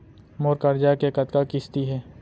मोर करजा के कतका किस्ती हे?